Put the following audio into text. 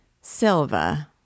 Silva